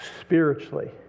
spiritually